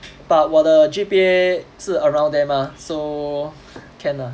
but 我的 G_P_A 是 around there mah so can lah